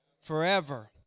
forever